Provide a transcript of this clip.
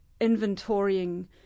inventorying